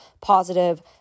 positive